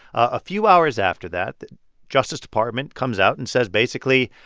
a few hours after that, the justice department comes out and says basically,